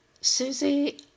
Susie